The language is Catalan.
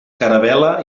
caravel·la